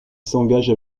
s’engage